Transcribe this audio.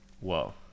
Whoa